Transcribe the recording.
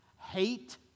hate